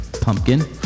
pumpkin